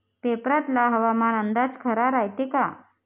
पेपरातला हवामान अंदाज खरा रायते का?